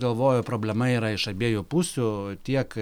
galvoju problema yra iš abiejų pusių tiek